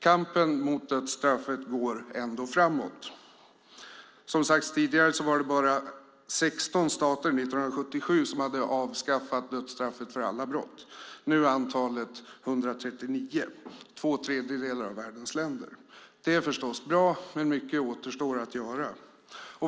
Kampen mot dödsstraffet går ändå framåt. Som sagts tidigare var det 1977 bara 16 stater som hade avskaffat dödsstraffet för alla brott. Nu är antalet 139 - två tredjedelar av världens länder. Det är förstås bra, men mycket återstår att göra.